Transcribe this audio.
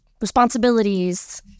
responsibilities